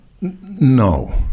no